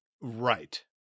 Right